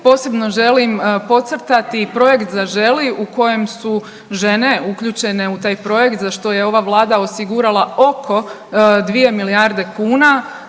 posebno želim podcrtati projekt „Zaželi“ u kojem su žene uključene u taj projekt za što je ova Vlada osigurala oko 2 milijarde kuna